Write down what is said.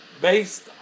based